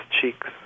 cheeks